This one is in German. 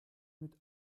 mit